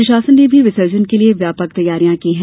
प्रशासन ने भी विसर्जन के लिए व्यापक तैयारियां की हैं